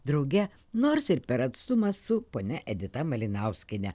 drauge nors ir per atstumą su ponia edita malinauskiene